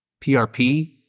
PRP